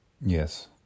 yes